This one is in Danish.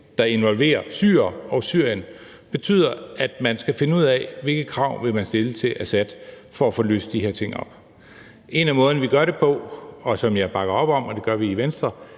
der involverer syrere og Syrien, på sigt betyder, at man skal finde ud af, hvilke krav man vil stille til Assad for at få løst de her ting op. Én af måderne, vi gør det på, og som vi i Venstre bakker op om, er at sige,